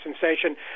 sensation